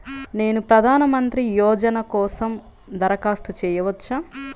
నేను ప్రధాన మంత్రి యోజన కోసం దరఖాస్తు చేయవచ్చా?